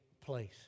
place